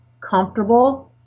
comfortable